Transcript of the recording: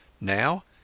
Now